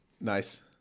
Nice